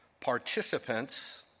participants